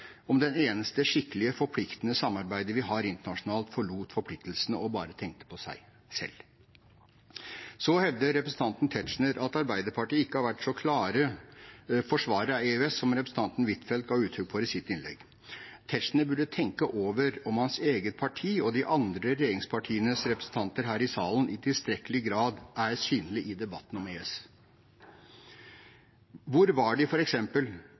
om det eneste skikkelige, forpliktende samarbeidet vi har internasjonalt, forlot forpliktelsene og bare tenkte på seg selv? Representanten Tetzschner hevder at Arbeiderpartiet ikke har vært så klare forsvarere av EØS som representanten Huitfeldt ga uttrykk for i sitt innlegg. Tetzschner bør tenke over om hans eget parti og de andre regjeringspartienes representanter her i salen i tilstrekkelig grad er synlige i debatten om EØS. Hvor var de